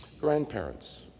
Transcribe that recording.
Grandparents